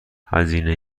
هزینه